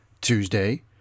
Tuesday